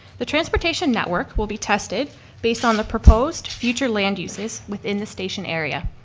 the transportation network will be tested based on the proposed future land uses within the station area.